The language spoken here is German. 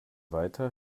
weiter